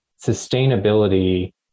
sustainability